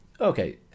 Okay